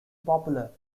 popular